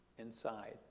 inside